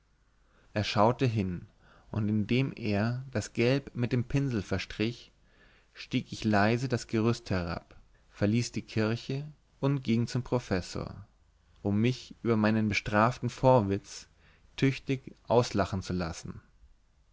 er schauete hin und indem er das gelb mit dem pinsel verstrich stieg ich leise das gerüst herab verließ die kirche und ging zum professor um mich über meinen bestraften vorwitz tüchtig auslachen zu lassen